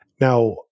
Now